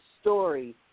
story